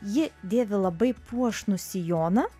ji dėvi labai puošnų sijoną